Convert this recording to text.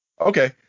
Okay